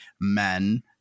men